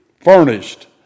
furnished